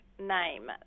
name